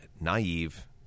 naive